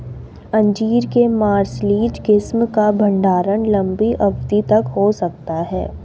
अंजीर के मार्सलीज किस्म का भंडारण लंबी अवधि तक हो सकता है